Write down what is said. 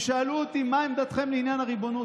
שאלו אותי: מה עמדתכם בעניין הריבונות?